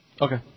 Okay